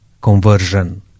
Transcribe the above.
conversion